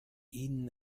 ihnen